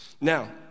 Now